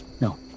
No